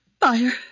Fire